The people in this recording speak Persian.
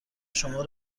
شما